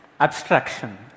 abstraction